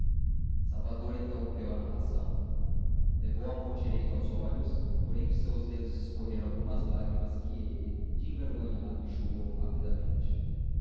salvador interrompeu a narração levou a mão direita aos olhos por entre seus dedos escorreram algumas lágrimas que ele de envergonhado enxugou rapidamente